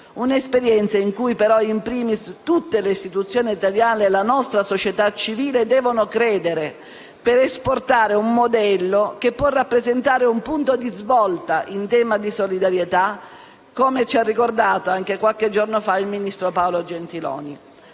un'esperienza in cui, però, *in primis* tutte le istituzioni italiane e la nostra società civile, devono credere per esportare un modello che può rappresentare un punto di svolta in tema di solidarietà, come ci ha ricordato qualche giorno fa anche il ministro Paolo Gentiloni.